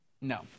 No